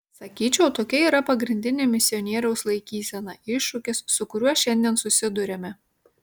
sakyčiau tokia yra pagrindinė misionieriaus laikysena iššūkis su kuriuo šiandien susiduriame